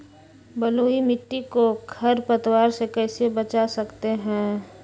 बलुई मिट्टी को खर पतवार से कैसे बच्चा सकते हैँ?